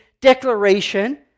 declaration